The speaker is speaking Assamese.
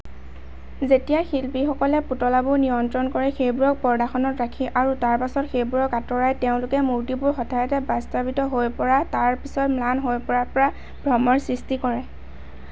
যেতিয়া শিল্পীসকলে পুতলাবোৰ নিয়ন্ত্ৰন কৰে সেইবোৰক পৰ্দাখনত ৰাখি আৰু তাৰ পিছত সেইবোৰক আঁতৰাই তেওঁলোকে মূৰ্তিবোৰ হঠাতে বাস্তৱায়িত হৈ পৰা তাৰ পিছত ম্লান হৈ পৰাৰ ভ্ৰমৰ সৃষ্টি কৰে